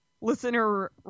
Listener